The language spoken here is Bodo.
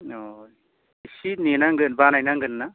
अह एसे नेनांगोन बानायनांगोन ना